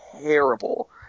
terrible